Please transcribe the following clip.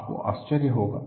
आपको आश्चर्य होगा